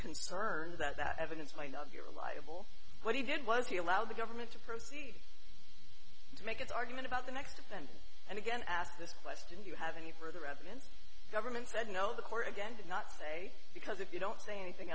concerned that that evidence might of you're liable what he did was he allowed the government to proceed to make its argument about the next defendant and again ask this question do you have any further evidence government said no the court again did not say because if you don't say anything